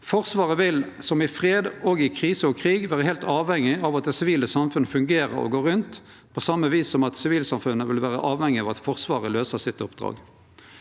Forsvaret vil, både i fred og i krise og krig, vere heilt avhengig av at det sivile samfunnet fungerer og går rundt, på same vis som sivilsamfunnet vil vere avhengig av at Forsvaret løyser oppdraget